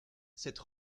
cette